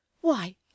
Why